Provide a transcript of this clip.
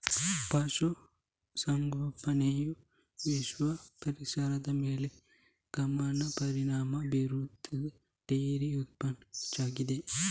ಪಶು ಸಂಗೋಪನೆಯು ವಿಶ್ವ ಪರಿಸರದ ಮೇಲೆ ಗಮನಾರ್ಹ ಪರಿಣಾಮ ಬೀರುತ್ತಿದ್ದು ಡೈರಿ ಉತ್ಪನ್ನ ಹೆಚ್ಚಾಗಿದೆ